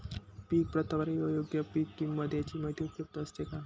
पीक प्रतवारी व योग्य पीक किंमत यांची माहिती उपलब्ध असते का?